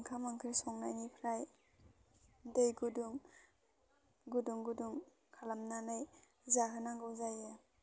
ओंखाम ओंख्रि संनायनिफ्राय दै गुदुं गुदुं गुदुं खालामनानै जाहोनांगौ जायो